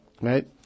Right